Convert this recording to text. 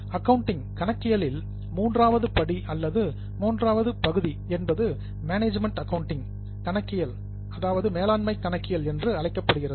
accounting கணக்கியலில் மூன்றாவது படி அல்லது மூன்றாவது பகுதி என்பது மேனேஜ்மென்ட் அக்கவுண்டிங் மேலாண்மை கணக்கியல் என்று அழைக்கப்படுகிறது